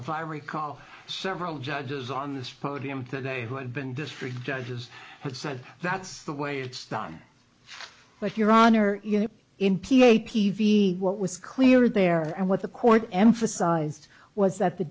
if i recall several judges on this podium today who had been district judges that said that's the way it's done but your honor in p a p v what was clear there and what the court emphasized was that the